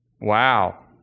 Wow